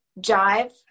jive